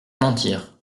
mentir